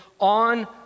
on